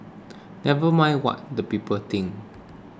never mind what the people think